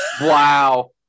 wow